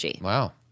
Wow